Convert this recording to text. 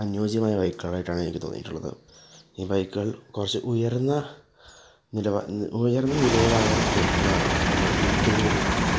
അനുയോജ്യമായ ബൈക്കുകളായിട്ടാണ് എനിക്ക് തോന്നിയിട്ടുള്ളത് ഈ ബൈക്കുകൾ കുറച്ച് ഉയർന്ന നിലവാ ഉയർന്ന നിലയിലാണ് ഇല് ഉള്ള നമ്മൾ ഇരിക്കുന്നൊരു